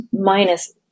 minus